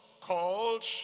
called